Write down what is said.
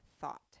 thought